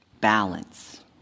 balance